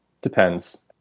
depends